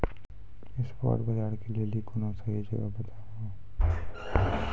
spot बजारो के लेली कोनो सही जगह बताबो